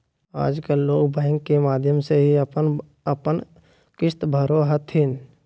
आजकल लोग बैंक के माध्यम से ही अपन अपन किश्त भरो हथिन